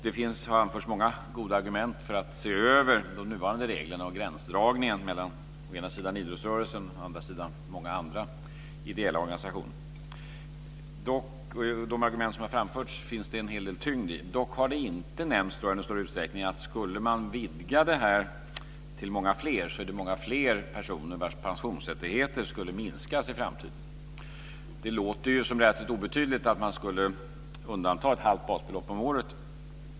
Det har anförts många goda argument för att se över de nuvarande reglerna och gränsdragningen mellan å ena sidan idrottsrörelsen och å andra sidan många andra ideella organisationer. De argument som har framförts finns det en hel del tyngd i. Dock tror jag inte att det i någon större utsträckning har nämnts att skulle man vidga detta blir det många fler personer vars pensionsrättigheter skulle minskas i framtiden. Det låter som väldigt obetydligt att man skulle undanta ett halvt basbelopp om året.